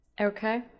okay